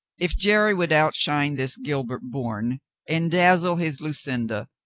if jerry would outshine this gilbert bourne and dazzle his lucinda,